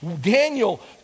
Daniel